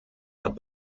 hat